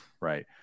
right